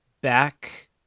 back